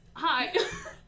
Hi